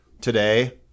today